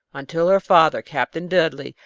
until her father, captain dudley,